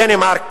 בדנמרק,